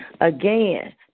again